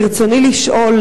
ברצוני לשאול,